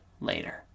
later